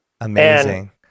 Amazing